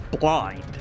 blind